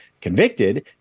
convicted